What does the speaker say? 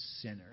sinner